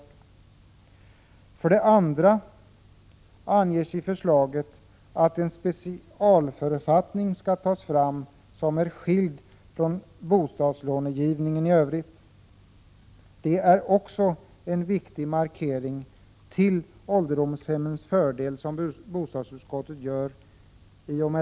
I förslaget anges vidare att en specialförfattning skall tas fram som är skild från bostadslånegivningen i övrigt. I och med det gör bostadsutskottet en viktig markering till ålderdomshemmens fördel.